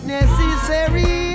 necessary